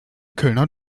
kölner